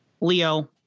leo